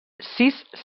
sis